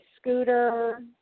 Scooter